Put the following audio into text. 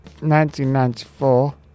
1994